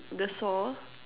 the saw